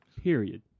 Period